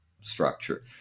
structure